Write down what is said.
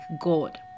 God